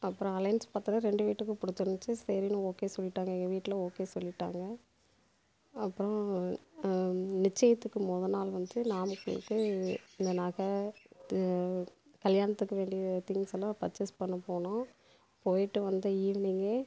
அப்புறம் அலைன்ஸ் பார்த்தோன ரெண்டு வீட்டுக்கும் பிடிச்சிருந்துச்சு சரின்னு ஓகே சொல்லிட்டாங்க எங்கள் வீட்டில் ஓகே சொல்லிட்டாங்க அப்புறம் நிச்சயத்துக்கு மொதல் நாள் வந்து நாமக்கலுக்கு இந்த நகை இது கல்யாணத்துக்கு வேண்டிய திங்க்ஸ் எல்லாம் பர்ச்சேஸ் பண்ண போனோம் போயிட்டு வந்து ஈவினிங்கே